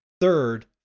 Third